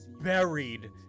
buried